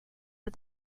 but